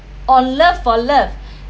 on love for love